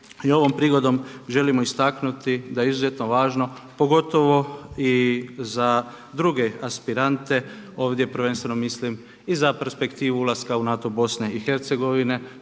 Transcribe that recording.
i ovom prigodom želimo istaknuti da je izuzetno važno, pogotovo i za druge aspirante, ovdje prvenstveno mislim i za perspektivu ulaska u NATO BiH što